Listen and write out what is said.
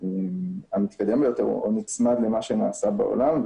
יהיה המתקדם ביותר או נצמד למה שנעשה בעולם.